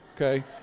okay